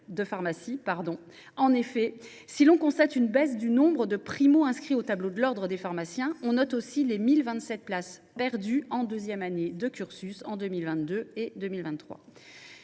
de pharmacie. En effet, si l’on constate une baisse du nombre de primo inscrits au tableau de l’ordre des pharmaciens, on note aussi que 1 027 places ont été perdues en deuxième année de cursus en 2022 2023.